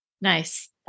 Nice